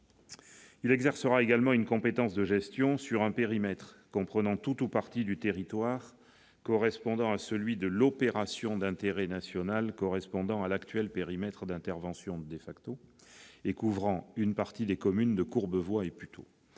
Il exercera également une compétence de gestion sur un périmètre comprenant tout ou partie du territoire correspondant à celui de l'opération d'intérêt national correspondant à l'actuel périmètre d'intervention de Defacto et couvrant une partie des communes de Courbevoie et Puteaux.